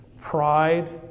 Pride